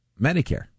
Medicare